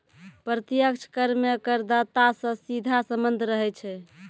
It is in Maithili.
प्रत्यक्ष कर मे करदाता सं सीधा सम्बन्ध रहै छै